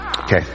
Okay